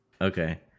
Okay